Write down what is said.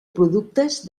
productes